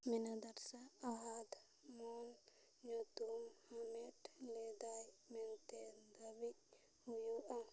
ᱢᱮᱱᱟᱱᱫᱚᱨᱥᱟ ᱚᱦᱚᱛ ᱢᱚᱱ ᱧᱩᱛᱩᱢ ᱦᱟᱢᱮᱴ ᱞᱮᱫᱟᱭ ᱢᱮᱱᱛᱮ ᱫᱟᱹᱵᱤ ᱦᱩᱭᱩᱜᱼᱟ